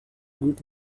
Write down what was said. good